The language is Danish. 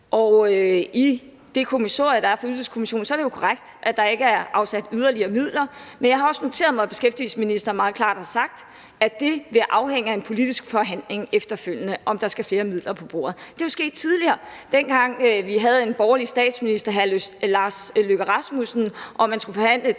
og i det kommissorium, der er for Ydelseskommissionen, er der ikke – det er korrekt – afsat yderligere midler. Men jeg har også noteret mig, at beskæftigelsesministeren meget klart har sagt, at det vil afhænge af en politisk forhandling efterfølgende, om der skal flere midler på bordet. Det er jo sket tidligere. Dengang vi havde den borgerlige statsminister Lars Løkke Rasmussen og man skulle forhandle